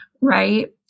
right